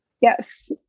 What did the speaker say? yes